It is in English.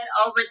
over